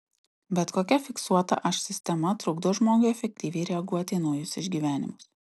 bet kokia fiksuota aš sistema trukdo žmogui efektyviai reaguoti į naujus išgyvenimus